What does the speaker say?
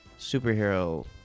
superhero